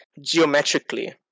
geometrically